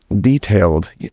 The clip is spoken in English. detailed